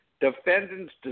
defendant's